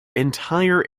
entire